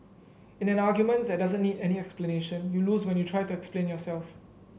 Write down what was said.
in an argument that doesn't need any explanation you lose when you try to explain yourself